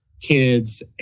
kids